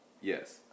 Yes